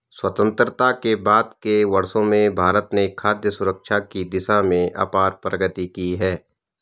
स्वतंत्रता के बाद के वर्षों में भारत ने खाद्य सुरक्षा की दिशा में अपार प्रगति की है